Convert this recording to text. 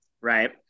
right